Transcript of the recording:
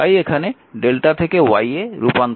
তাই এখানে Δ থেকে Y এ থেকে রূপান্তর করতে যান